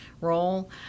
role